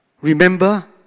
Remember